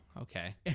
okay